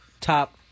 top